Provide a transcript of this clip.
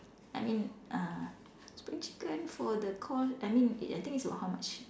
I mean uh spring chicken for the cost I mean eh I think is about how much